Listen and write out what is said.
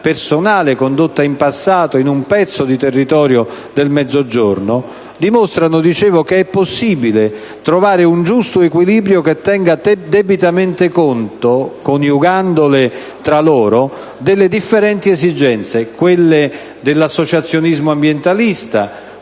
personale condotta in passato in un pezzo di territorio del Mezzogiorno - che è possibile trovare un giusto equilibrio che tenga debitamente conto, coniugandole tra loro, delle diverse esigenze: quelle dell'associazionismo ambientalista,